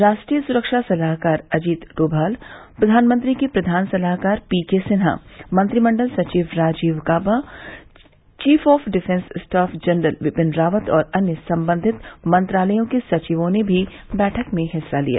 राष्ट्रीय सुरक्षा सलाहकार अजीत डोभाल प्रधानमंत्री के प्रधान सलाहकार पी के सिन्हा मंत्रिमंडल सचिव Rajiv Gauba chief of defence staff general Bipin Rawat और अन्य संबंधित मंत्रालयों के सचिवों ने भी बैठक में हिस्सा लिया